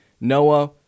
Noah